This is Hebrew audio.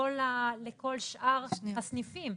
לכל שאר הסניפים.